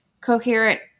coherent